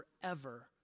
forever